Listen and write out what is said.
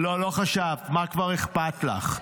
לא, לא חשבת, מה כבר אכפת לך.